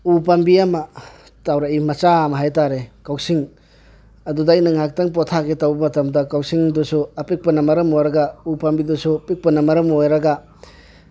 ꯎꯄꯥꯝꯕꯤ ꯑꯃ ꯇꯥꯎꯔꯏ ꯃꯆꯥ ꯑꯃ ꯍꯥꯏꯇꯥꯔꯦ ꯀꯥꯎꯁꯤꯡ ꯑꯗꯨꯗ ꯑꯩꯅ ꯉꯥꯏꯍꯥꯛꯇꯪ ꯄꯣꯊꯥꯒꯦ ꯇꯧꯕ ꯃꯇꯝꯗ ꯀꯥꯎꯁꯤꯡꯗꯨꯁꯨ ꯑꯄꯤꯛꯄꯅ ꯃꯔꯝ ꯑꯣꯏꯔꯒ ꯎꯄꯥꯝꯕꯤꯗꯨꯁꯨ ꯄꯤꯛꯄꯅ ꯃꯔꯝ ꯑꯣꯏꯔꯒ